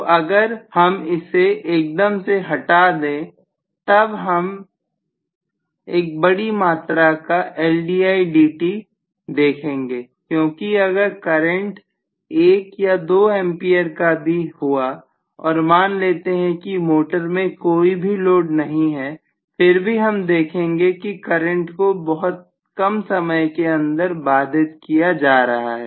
तो अगर हमसे एकदम से हटा दें तब हम एक बड़ी मात्रा का देखेंगे क्योंकि अगर करंट एक या 2 एंपियर का भी हुआ और मान लेते हैं कि मोटर में कोई भी लोड नहीं है फिर भी हम देखेंगे कि करंट को बहुत ही कम समय के अंदर बाधित किया जा रहा है